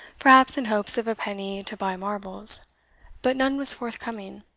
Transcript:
perhaps in hopes of a penny to buy marbles but none was forthcoming.